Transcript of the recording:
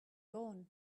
born